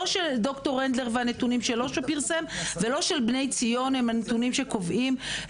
לא של דר' הנדלר והנתונים שפרסם ולא של בני ציון הם הנתונים שקובעים.